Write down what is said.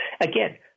Again